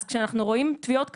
אז כשאנחנו רואים תביעות כאלה,